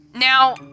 Now